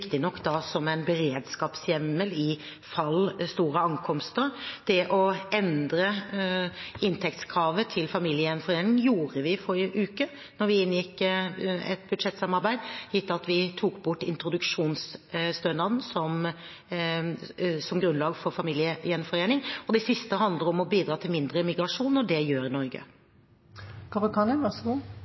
som en beredskapshjemmel i fall store ankomster. Det å endre inntektskravet til familiegjenforening gjorde vi i forrige uke da vi inngikk et budsjettsamarbeid, gitt at vi tok bort introduksjonsstønaden som grunnlag for familiegjenforening. Og det siste handler om å bidra til mindre migrasjon, og det gjør